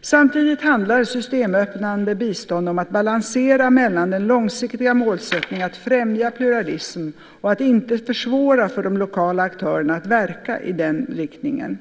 Samtidigt handlar systemöppnande bistånd om att balansera mellan den långsiktiga målsättningen att främja pluralism och att inte försvåra för de lokala aktörerna att verka i denna riktning.